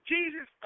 Jesus